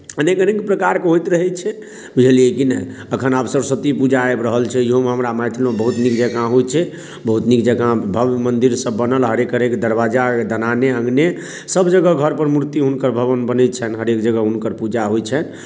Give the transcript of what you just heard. अनेक अनेक प्रकारके होइत रहै छै बुझलियै की नहि एखन आब सरस्वती पूजा आबि रहल छै इहोमे हमरा मैथिलमे बहुत नीक जँका होइ छै बहुत नीक जँका भव्य मन्दिरसभ बनल हरेक हरेक दरवाजा दलाने आङ्गने सभजगह घरपर मूर्ति हुनकर भवन बनै छनि हरेक जगह हुनकर पूजा होइ छनि